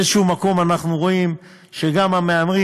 באיזה מקום אנחנו רואים שגם המהמרים